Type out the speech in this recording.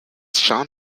sean